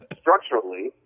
structurally